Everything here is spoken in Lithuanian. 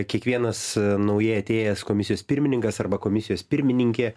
kiekvienas naujai atėjęs komisijos pirmininkas arba komisijos pirmininkė